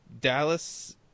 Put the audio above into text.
Dallas